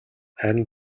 харин